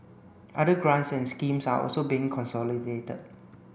other grants and schemes are also being consolidated